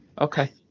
Okay